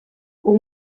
aux